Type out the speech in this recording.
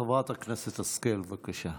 חברת הכנסת השכל, בבקשה.